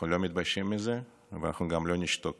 אנחנו לא מתביישים בזה ואנחנו גם לא נשתוק